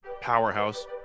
powerhouse